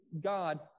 God